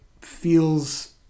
feels